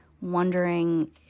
wondering